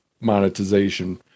monetization